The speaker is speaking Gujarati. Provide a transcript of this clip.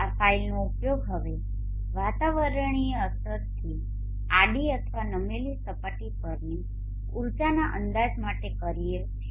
આ ફાઇલનો ઉપયોગ હવે વાતાવરણીય અસરથી આડી અથવા નમેલી સપાટી પરની ઊર્જાના અંદાજ માટે કરવામાં આવે છે